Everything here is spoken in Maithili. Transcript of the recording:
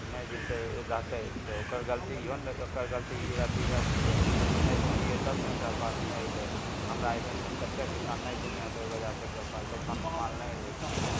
तऽ नहि जेतय रहतइ तऽ ओकर गलती इहो नहि रहतइ ओकर गलती रहतइ इहे कि जे नहि बुनलियै तब ने एकरा पास नहि अयललै हमरा अइसन अइसन कते किसान नहि बुनने होतय ओइ वजहसँ ककरो पास दोकानमे माल नहि अयलै तऽ नहि छै